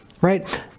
right